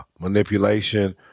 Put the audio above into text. Manipulation